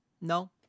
No